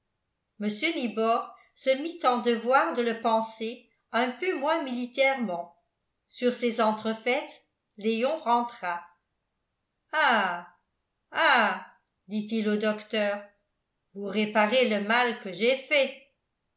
mr nibor se mit en devoir de le panser un peu moins militairement sur ces entrefaites léon rentra ah ah dit-il au docteur vous réparez le mal que j'ai fait